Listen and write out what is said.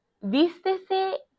Vístese